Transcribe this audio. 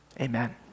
amen